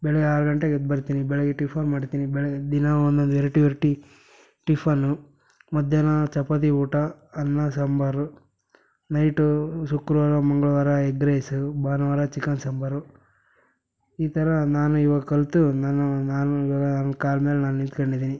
ಬೆಳಗ್ಗೆ ಆರು ಗಂಟೆಗೆ ಎದ್ದು ಬರ್ತೀನಿ ಬೆಳಿಗ್ಗೆ ಟಿಫನ್ ಮಾಡ್ತೀನಿ ಬೆಳಿಗ್ಗೆ ದಿನಾ ಒಂದೊಂದು ವೆರಟಿ ವೆರ್ಟಿ ಟಿಫನು ಮಧ್ಯಾಹ್ನ ಚಪಾತಿ ಊಟ ಅನ್ನ ಸಾಂಬಾರು ನೈಟು ಶುಕ್ರವಾರ ಮಂಗಳವಾರ ಎಗ್ ರೈಸು ಭಾನುವಾರ ಚಿಕನ್ ಸಾಂಬಾರು ಈ ಥರ ನಾನು ಇವಾಗ ಕಲಿತು ನಾನು ನಾನು ಇವಾಗ ನನ್ನ ಕಾಲ ಮೇಲೆ ನಾನು ನಿಂತ್ಕೊಂಡಿದೀನಿ